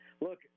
look